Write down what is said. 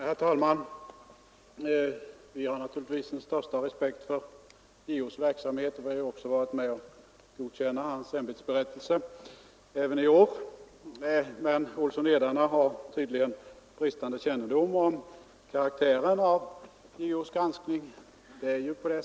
Herr talman! Vi har naturligtvis den största respekt för JO:s verksamhet, och vi har ju varit med om att godkänna hans ämbetsberättelse även i år. Men herr Olsson i Edane har tydligen bristande kännedom om karaktären av JO:s granskning.